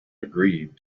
agreed